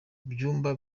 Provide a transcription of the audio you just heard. byumba